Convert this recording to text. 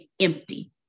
empty